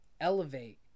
elevate